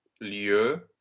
Lieu